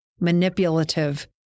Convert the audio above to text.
manipulative